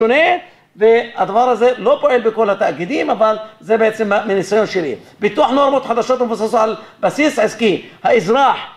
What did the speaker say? שונה, והדבר הזה לא פועל בכל התאגידים, אבל זה בעצם מניסיון שלי. ביטוח נורמות חדשות המבוססות על בסיס עסקי. האזרח...